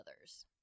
others